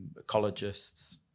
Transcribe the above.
ecologists